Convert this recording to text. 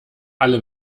alle